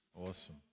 Awesome